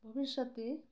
ভবিষ্যতে